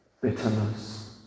bitterness